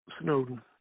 Snowden